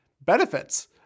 benefits